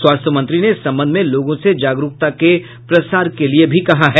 स्वास्थ्य मंत्री ने इस संबंध में लोगों से जागरूकता के प्रसार के लिए भी अपील की